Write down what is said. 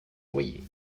loyers